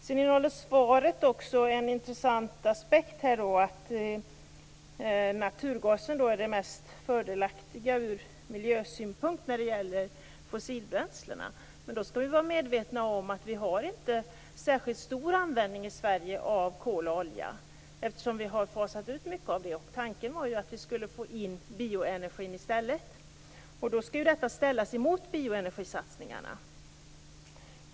Sedan innehåller svaret också en intressant aspekt, nämligen att naturgasen är det mest fördelaktiga ur miljösynpunkt när det gäller fossila bränslen. Men då skall vi vara medvetna om att vi inte har en särskilt stor användning av kol och olja i Sverige, eftersom vi har fasat ut mycket av den. Tanken var ju att vi skulle få in bioenergin i stället. Då skall ju detta ställas emot bioenergisatsningarna.